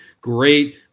great